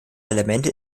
elemente